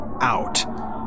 out